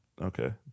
Okay